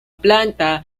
planta